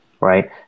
right